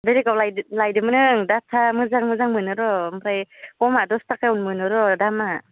बेलेगाव लाइदोंमोन ओं गथा मोजां मोजां मोनो र' ओमफ्राय खमा दसथाखायावनो मोनो र' दामा